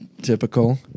Typical